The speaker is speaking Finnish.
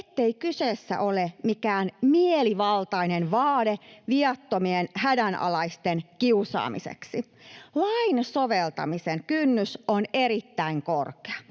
ettei kyseessä ole mikään mielivaltainen vaade viattomien hädänalaisten kiusaamiseksi. Lain soveltamisen kynnys on erittäin korkea.